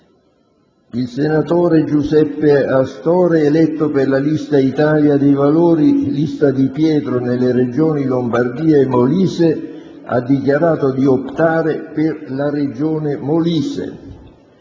il senatore Giuseppe Astore, eletto per la lista «Italia dei valori-Lista Di Pietro» nelle Regioni Lombardia e Molise, ha dichiarato di optare per la Regione Molise;